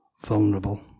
vulnerable